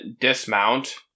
dismount